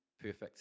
perfect